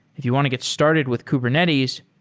if you want to get started with kubernetes,